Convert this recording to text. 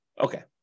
Okay